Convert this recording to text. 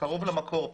קרוב למקור.